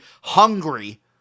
hungry